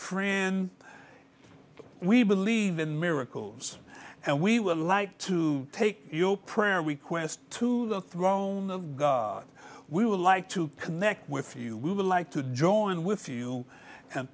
friends we believe in miracles and we would like to take your prayer request to the throne of god we would like to connect with you we would like to join with you and